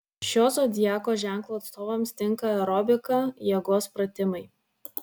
šio zodiako ženklo atstovams tinka aerobika jėgos pratimai